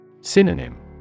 Synonym